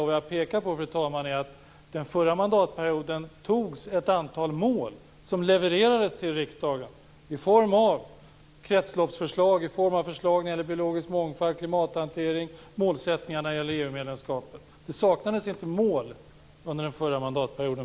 Det jag vill peka på är att det under den förra perioden antogs ett antal mål som levererades till riksdagen i form av kretsloppsförslag, förslag när det gäller biologisk mångfald, klimathantering, målsättningarna när det gäller EU-medlemskapet. Det saknades inte mål under den förra mandatperioden.